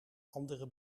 andere